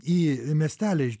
į miestelį